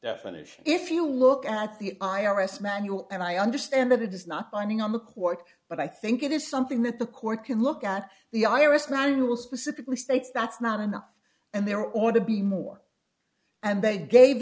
definition if you look at the i r s manual and i understand that it is not binding on the court but i think it is something that the court can look at the i r s manual specifically states that's not enough and there ought to be more and they gave